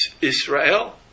Israel